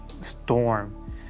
storm